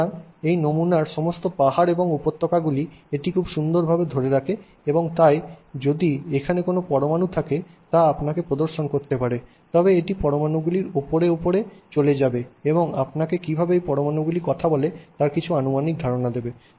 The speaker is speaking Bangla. সুতরাং সেই নমুনার সমস্ত পাহাড় এবং উপত্যকাগুলি এটি খুব সুন্দরভাবে ধরে রাখে এবং তাই যদি এখানে কোনও পরমাণু থাকে তা এটি আপনাকে প্রদর্শন করতে পারে তবে এটি পরমাণুগুলির উপরে উপরে চলে যাবে এবং আপনাকে কীভাবে এই পরমাণুগুলি কথা বলে তার কিছু আনুমানিক ধারণা দেবে